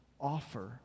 Offer